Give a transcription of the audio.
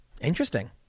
interesting